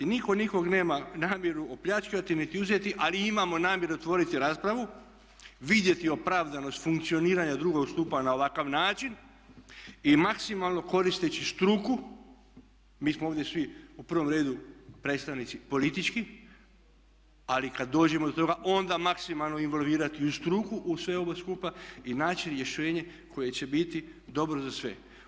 Nitko nikog nema namjeru opljačkati niti uzeti ali imamo namjeru otvoriti raspravu, vidjeti opravdanost funkcioniranja drugog stupa na ovakav način i maksimalno koristeći struku, mi smo ovdje svi u prvom redu predstavnici politički ali kad dođemo do toga onda maksimalno involvirati u struku, u sve ovo skupa i naći rješenje koje će biti dobro za sve.